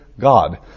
god